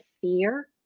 fear